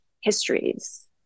histories